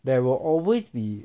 there will always be